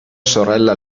sorella